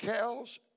cows